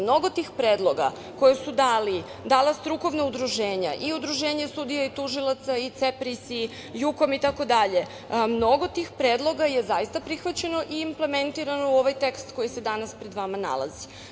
Mnogo tih predloga koja su dala strukovna udruženja i Udruženje sudija i tužilaca i CEPRIS i Jukom itd. je zaista prihvaćeno i implementirano u ovaj tekst koji se danas pred vama nalazi.